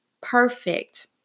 perfect